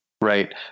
right